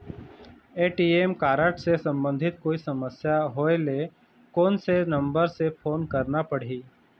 ATM card से संबंधित कोई समस्या होय ले, कोन से नंबर से फोन करना पढ़ही?